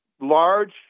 large